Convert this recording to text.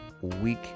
week